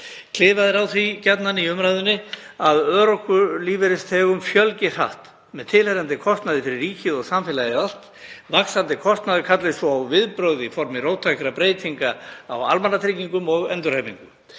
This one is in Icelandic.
klifað á því í umræðunni að örorkulífeyrisþegum fjölgi hratt með tilheyrandi kostnaði fyrir ríkið og samfélagið allt, vaxandi kostnaður kalli svo á viðbrögð í formi róttækra breytinga á almannatryggingum og endurhæfingu.